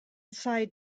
side